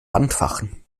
anfachen